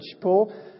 Paul